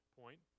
point